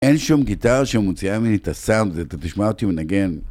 אין שום גיטרה שמוציאה ממני את הסאונד, ואתה תשמע אותי מנגן.